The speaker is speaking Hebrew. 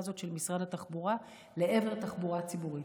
הזאת של משרד התחבורה לעבר תחבורה ציבורית.